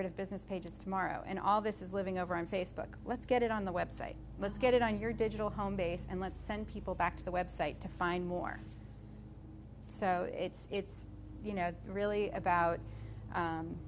rid of business pages tomorrow and all this is living over on facebook let's get it on the website let's get it on your digital home base and let's send people back to the website to find more so it's it's you know really about